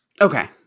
Okay